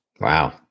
Wow